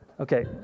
Okay